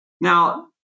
Now